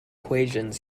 equations